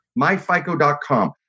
Myfico.com